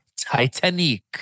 Titanic